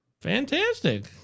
Fantastic